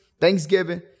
Thanksgiving